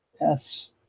Yes